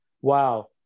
wow